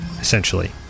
essentially